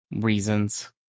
Reasons